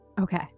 okay